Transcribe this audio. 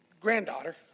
granddaughter